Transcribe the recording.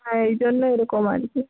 হ্যাঁ এই জন্যই এই রকম আর কি